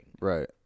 Right